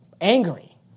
Angry